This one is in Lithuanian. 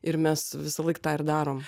ir mes visąlaik tą ir darom